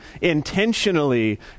intentionally